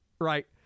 right